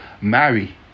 marry